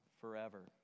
forever